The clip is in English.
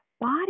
body